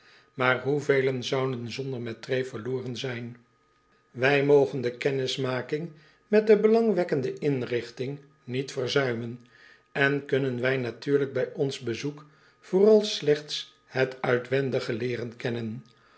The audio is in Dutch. maar hoevelen zouden zonder mettray verloren zijn wij mogen de kennismaking met de belangwekkende inrigting niet verzuimen en kunnen wij natuurlijk bij ons bezoek vooral slechts het uitwendige leeren kennen